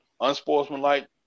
unsportsmanlike